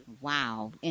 wow